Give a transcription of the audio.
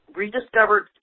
rediscovered